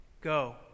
Go